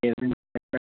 ఏ విధంగా